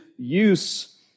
use